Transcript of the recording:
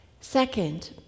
Second